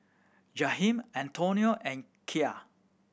Jaheim Antonio and Kaia